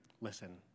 listen